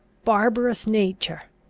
barbarous nature!